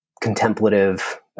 contemplative